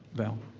val.